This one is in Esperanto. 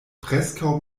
preskaŭ